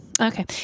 Okay